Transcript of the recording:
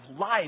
life